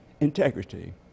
integrity